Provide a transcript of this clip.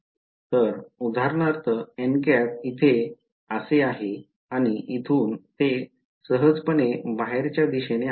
तर उदाहरणार्थ येथे असे आहे आणि येथून ते सहजपणे बाहेरच्या दिशेने आहे